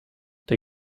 der